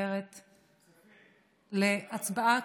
עוברת להצבעה.